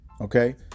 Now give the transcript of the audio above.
Okay